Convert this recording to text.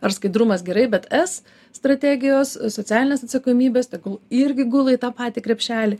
ar skaidrumas gerai bet s strategijos socialinės atsakomybės tegul irgi gula į tą patį krepšelį